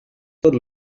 tot